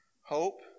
Hope